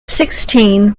sixteen